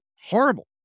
horrible